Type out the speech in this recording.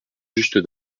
just